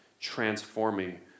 transforming